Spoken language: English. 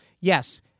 yes